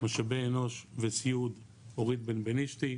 משאבי אנוש וסיעוד אורית בנבנישתי,